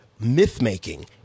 myth-making